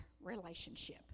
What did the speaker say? relationship